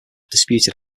disputed